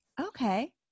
Okay